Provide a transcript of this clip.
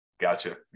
gotcha